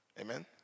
Amen